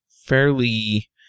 fairly